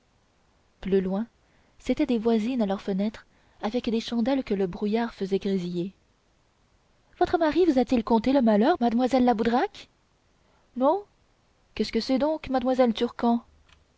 plus loin c'étaient des voisines à leur fenêtre avec des chandelles que le brouillard faisait grésiller votre mari vous a-t-il conté le malheur madamoiselle la boudraque non qu'est-ce que c'est donc madamoiselle